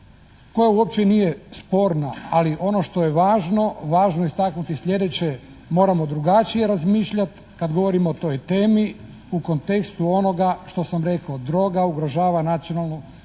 koja uopće nije sporna, ali ono što je važno, važno je istaknuti sljedeće. Moramo drugačije razmišljati kad govorimo o toj temi, u kontekstu onoga što sam rekao. Droga ugrožava nacionalnu sigurnost